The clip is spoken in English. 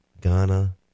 Ghana